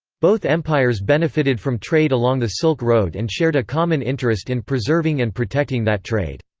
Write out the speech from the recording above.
both empires benefited from trade along the silk road and shared a common interest in preserving and protecting that trade.